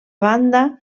banda